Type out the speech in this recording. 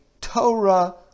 torah